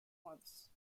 once